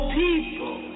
people